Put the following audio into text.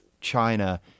China